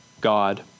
God